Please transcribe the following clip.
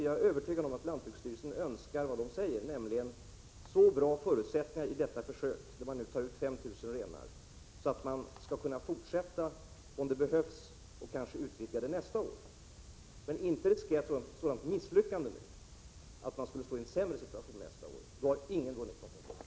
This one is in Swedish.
Jag är övertygad om att lantbruksstyrelsen önskar vad den säger, nämligen så bra förutsättningar i detta försök, där man tar ut 5 000 renar, att man skall kunna fortsätta om det behövs och kanske utvidga verksamheten nästa år. Man vill inte riskera ett misslyckande så att man skulle stå i en sämre situation nästa år, för då har ingen vunnit något.